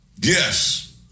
Yes